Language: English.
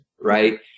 Right